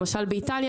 למשל באיטליה,